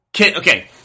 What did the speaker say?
okay